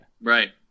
Right